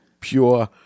pure